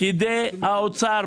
פקידי האוצר,